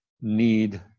need